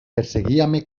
perseguíame